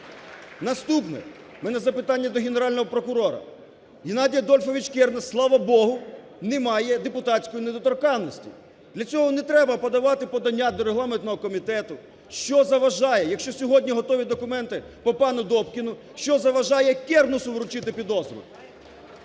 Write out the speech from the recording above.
у мене запитання до Генерального прокурора. Геннадій Адольфович Кернес, слава Богу, не має депутатської недоторканності. Для цього не треба подавати подання до регламентного комітету. Що заважає, якщо сьогодні готові документи по пану Добкіну, що заважає Кернесу вручити підозру?